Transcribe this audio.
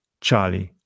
Charlie